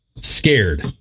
scared